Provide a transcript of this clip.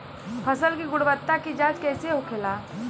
फसल की गुणवत्ता की जांच कैसे होखेला?